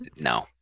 No